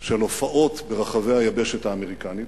של הופעות ברחבי היבשת האמריקנית.